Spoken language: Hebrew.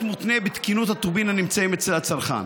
מותנה בתקינות הטובין הנמצאים אצל הצרכן.